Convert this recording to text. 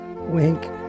Wink